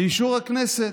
לאישור הכנסת,